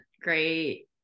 great